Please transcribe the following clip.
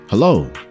Hello